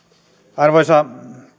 arvoisa